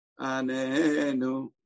Anenu